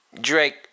Drake